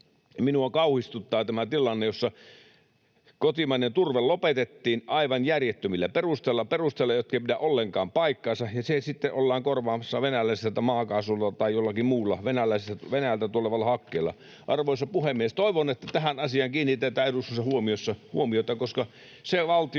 Minua kauhistuttaa tämä tilanne, jossa kotimainen turve lopetettiin aivan järjettömillä perusteilla, perusteilla, jotka eivät pidä ollenkaan paikkaansa, ja se sitten ollaan korvaamassa venäläisellä maakaasulla tai jollakin muulla, Venäjältä tulevalla hakkeella. Arvoisa puhemies! Toivon, että tähän asiaan kiinnitetään eduskunnassa huomiota, koska se valtio,